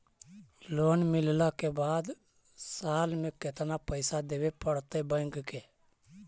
Loan मिलला के बाद साल में केतना पैसा देबे पड़तै बैक के?